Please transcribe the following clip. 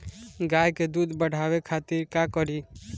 गाय के दूध बढ़ावे खातिर का करी?